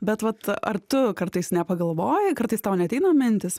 bet vat ar tu kartais nepagalvoji kartais tau neateina mintys